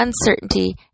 uncertainty